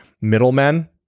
Middlemen